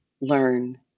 learn